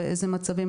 באיזה מצבים,